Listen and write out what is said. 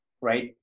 right